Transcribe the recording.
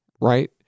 right